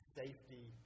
safety